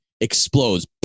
Explodes